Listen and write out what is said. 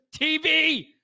TV